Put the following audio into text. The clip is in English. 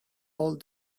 all